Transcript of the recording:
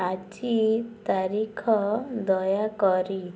ଆଜି ତାରିଖ ଦୟାକରି